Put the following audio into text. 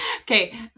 okay